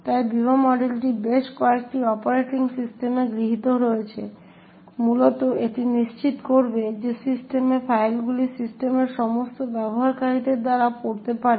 তাই বিবা মডেলটি বেশ কয়েকটি অপারেটিং সিস্টেমে গৃহীত হয়েছে মূলত এটি নিশ্চিত করবে যে সিস্টেম ফাইলগুলি সিস্টেমের সমস্ত ব্যবহারকারীদের দ্বারা পড়তে পারে